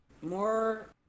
more